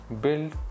built